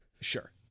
sure